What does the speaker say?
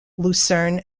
lucerne